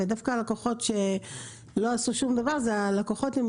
ודווקא הלקוחות שלא עשו שום דבר זה הלקוחות עם